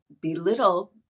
belittle